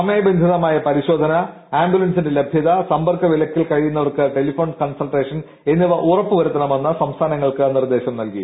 സമയബന്ധിതമായ പരിശോധന ആംബുലൻസിന്റെ ലഭ്യത സമ്പർക്ക വിലക്കിൽ കഴിയുന്നവർക്ക് ടെലഫോൺ കൺസൾട്ടേഷൻ എന്നിവ ഉറപ്പുവരുത്തണമെന്ന് സംസ്ഥാനങ്ങൾക്ക് നിർദ്ദേശം നൽകി